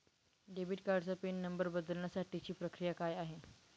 Debit कार्डचा pin number बदलण्यासाठीची प्रक्रिया काय आहे?